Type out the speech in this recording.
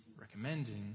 recommending